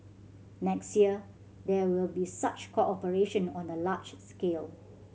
next year there will be such cooperation on a large scale